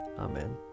Amen